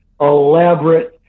elaborate